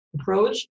approach